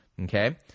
Okay